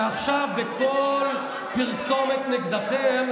שעכשיו בכל פרסומת נגדכם,